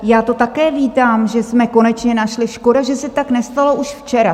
Já to také vítám, že jsme konečně našli, škoda, že se tak nestalo už včera.